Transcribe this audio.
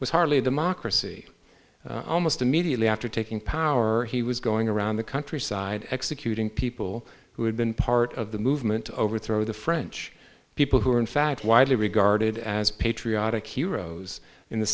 was hardly a democracy almost immediately after taking power he was going around the countryside executing people who had been part of the movement to overthrow the french people who were in fact widely regarded as patriotic heroes in the